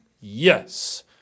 Yes